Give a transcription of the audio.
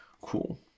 Cool